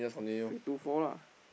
say two four lah